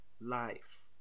Life